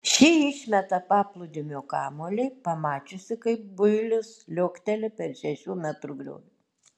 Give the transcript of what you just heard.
ši išmeta paplūdimio kamuolį pamačiusi kaip builis liuokteli per šešių metrų griovį